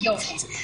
יופי.